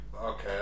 okay